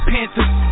Panthers